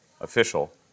official